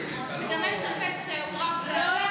גם אין ספק שהוא רב-פעלים.